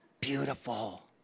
Beautiful